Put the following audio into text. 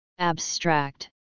Abstract